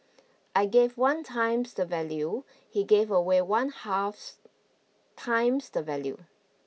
I gave one times the value he gave away one half times the value